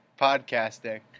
podcasting